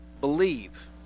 believe